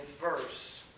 verse